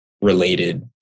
related